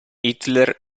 hitler